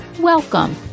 Welcome